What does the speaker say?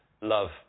love